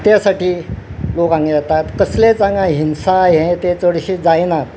त्या साठी लोक हांगा येतात कसलेच हांगा हिंसा हे ते चडशी जायनात